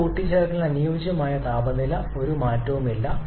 ചൂട് കൂട്ടിച്ചേർക്കലിന് അനുയോജ്യമായ താപനില ഒരു മാറ്റവുമില്ല